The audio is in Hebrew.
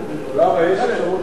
אלסאנע.